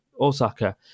Osaka